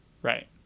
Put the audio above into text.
Right